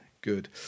Good